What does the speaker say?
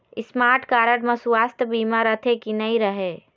Smart card म सुवास्थ बीमा रथे की नई रहे?